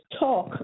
talk